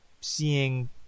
seeing